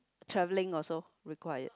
traveling also required